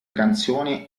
canzoni